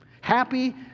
Happy